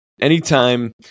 anytime